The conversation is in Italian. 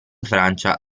francia